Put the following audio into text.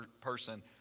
person